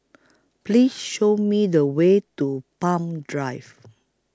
Please Show Me The Way to Palm Drive